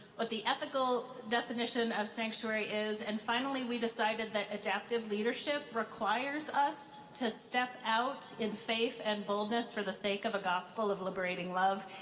what the ethical definition of sanctuary is, and finally we decided that adaptive leadership requires us to step out in faith and boldness for the sake of a gospel of liberating love,